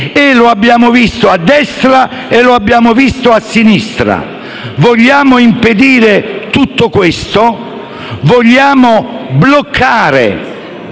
e lo abbiamo visto a destra come a sinistra. Vogliamo impedire tutto questo, vogliamo bloccare